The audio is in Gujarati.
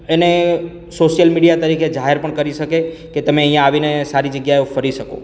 અને સોશિયલ મીડિયા તરીકે જાહેર પણ કરી શકે કે તમે અહીંયા આવીને સારી જગ્યાઓ ફરી શકો